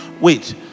Wait